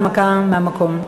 הנמקה מהמקום.